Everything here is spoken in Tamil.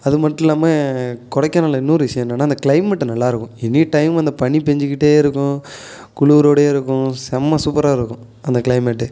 அது மட்டும் இல்லாமல் கொடைக்கானலில் இன்னொரு விஷயம் என்னென்னா அந்த கிளைமட்டு நல்லா இருக்கும் எனி டைம் அந்த பனி பேஞ்சுக்கிட்டே இருக்கும் குளூரோடயே இருக்கும் செம சூப்பராகருக்கும் அந்த க்ளைமேட்டு